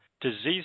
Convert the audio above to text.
diseases